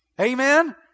Amen